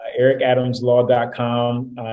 ericadamslaw.com